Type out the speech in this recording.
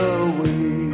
away